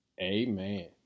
amen